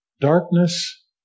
Darkness